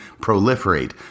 proliferate